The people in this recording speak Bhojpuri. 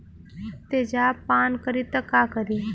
तेजाब पान करी त का करी?